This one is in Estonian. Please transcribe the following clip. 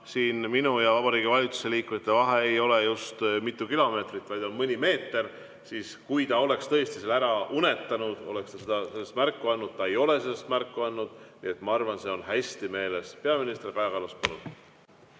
kuna minu ja Vabariigi Valitsuse liikmete vahel ei ole just mitu kilomeetrit, vaid on mõni meeter, siis kui ta oleks tõesti selle ära unetanud, oleks ta sellest märku andnud. Aga ta ei ole sellest märku andnud, nii et ma arvan, et see on tal hästi meeles. Peaminister Kaja Kallas, palun!